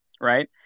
right